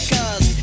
Cause